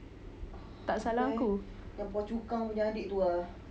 tak salah aku